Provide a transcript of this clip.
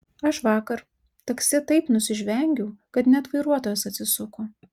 aš vakar taksi taip nusižvengiau kad net vairuotojas atsisuko